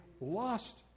lost